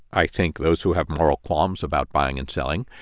i think, those who have moral qualms about buying and selling,